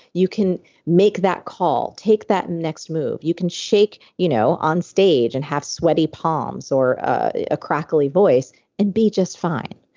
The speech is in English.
you can make that call. take that next move. you can shake you know on stage and have sweaty palms or a crackly voice and be just fine.